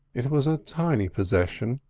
it was a tiny possession,